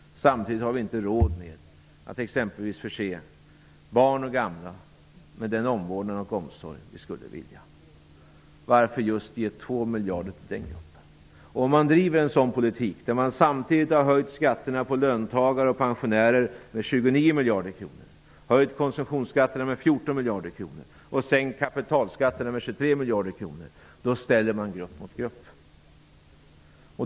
Men samtidigt har vi inte råd med att exempelvis förse barn och gamla med den omvårdnad och omsorg som vi skulle vilja ge dem. Varför just ge 2 miljarder till nämnda grupp? Om man driver en sådan politik, samtidigt som man höjt skatterna för löntagare och pensionärer med 29 miljarder kronor, höjt konsumtionsskatterna med 14 miljarder kronor och sänkt kapitalskatterna med 23 miljarder kronor, ställer man grupp mot grupp.